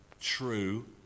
true